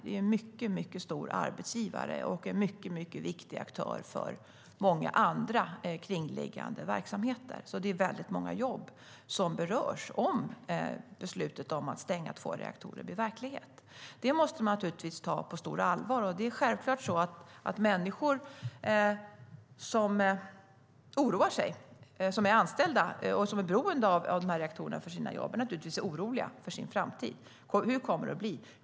Det är en mycket stor arbetsgivare och en mycket viktig aktör för många andra kringliggande verksamheter. Det är väldigt många jobb som berörs om beslutet om att stänga två reaktorer blir verklighet. Det måste man ta på stort allvar. Det är självklart att människor oroar sig som är anställda och är beroende av reaktorerna för sina jobb. De är naturligtvis oroliga för sin framtid. Hur kommer det att bli?